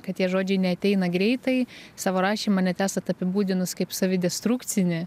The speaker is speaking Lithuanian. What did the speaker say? kad tie žodžiai neateina greitai savo rašymą net esat apibūdinus kaip savidestrukcinį